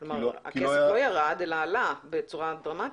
כלומר הכסף לא ירד אלא עלה בצורה דרמטית.